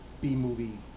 B-movie